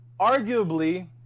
arguably